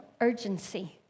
urgency